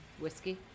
whiskey